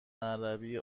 عربی